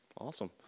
Awesome